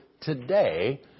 today